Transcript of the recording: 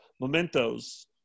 Mementos